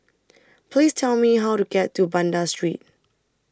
Please Tell Me How to get to Banda Street